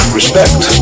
respect